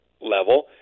level